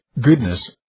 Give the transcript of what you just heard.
goodness